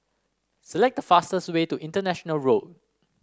select the fastest way to International Road